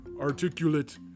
articulate